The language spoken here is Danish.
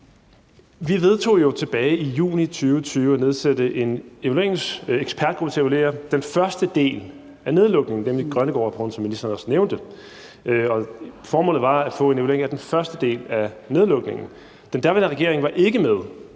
Vi vedtog jo tilbage i juni 2020 at nedsætte en ekspertgruppe til at evaluere den første del af nedlukningen – det blev til Grønnegårdsrapporten, som ministeren også nævnte. Formålet var at få en evaluering af den første del af nedlukningen. Den daværende regering var ikke med